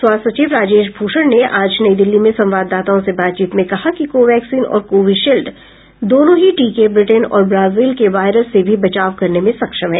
स्वास्थ्य सचिव राजेश भूषण ने आज नई दिल्ली में संवाददाताओं से बातचीत में कहा कि कोवैक्सीन और कोविशील्ड दोनों ही टीके ब्रिटेन और ब्राजील के वायरस से भी बचाव करने में सक्षम है